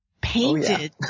painted